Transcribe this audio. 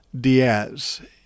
Diaz